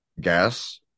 gas